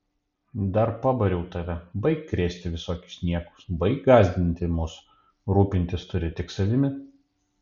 dar pabariau tave baik krėsti visokius niekus baik gąsdinti mus rūpintis turi tik savimi